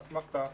אסמכתא,